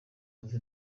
wumve